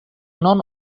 non